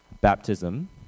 baptism